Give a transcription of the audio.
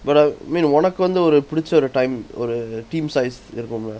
but I mean ஒனக்கு வந்து ஒரு புடிச்ச ஒரு:onakku vanthu oru pudicha oru time ஒரு:oru team size இருக்கும்ல:irukkumla